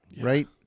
right